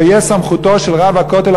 לא תהיה סמכותו של רב הכותל,